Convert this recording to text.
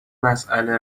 مساله